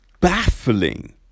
baffling